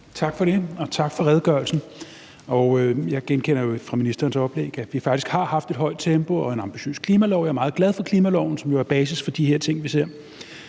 Tak for det, og tak for redegørelsen. Jeg genkender jo fra ministerens oplæg billedet af, at vi faktisk har haft et højt tempo og har en ambitiøs klimalov. Jeg er meget glad for klimaloven, som jo er basis for de her ting, vi ser.